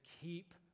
keep